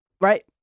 right